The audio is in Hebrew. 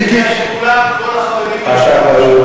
כולם, כל החרדים נרשמו לשם.